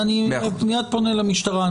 אני מייד פונה למשטרה.